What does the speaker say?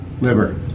liver